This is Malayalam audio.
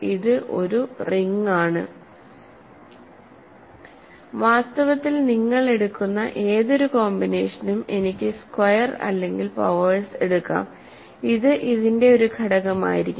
ഇത് ഒരു റിങ്ങാണ് വാസ്തവത്തിൽ നിങ്ങൾ എടുക്കുന്ന ഏതൊരു കോമ്പിനേഷനും എനിക്ക് സ്ക്വയർ അല്ലെങ്കിൽ പവേഴ്സ് എടുക്കാം ഇത് ഇതിന്റെ ഒരു ഘടകമായിരിക്കും